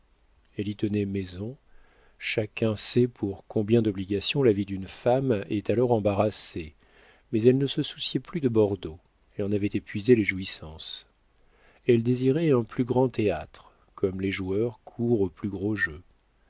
elle y tenait maison chacun sait par combien d'obligations la vie d'une femme est alors embarrassée mais elle ne se souciait plus de bordeaux elle en avait épuisé les jouissances elle désirait un plus grand théâtre comme les joueurs courent au plus gros jeu